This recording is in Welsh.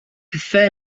pethau